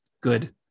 good